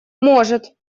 может